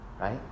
right